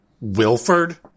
Wilford